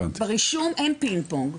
ברישום אין פינג-פונג.